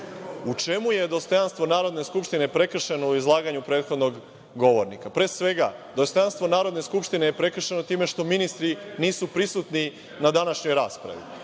čemu je dostojanstveno Narodne skupštine prekršeno u izlaganju prethodnog govornika? Pre svega, dostojanstvo Narodne skupštine prekršeno je time što ministri nisu prisutni na današnjoj raspravi,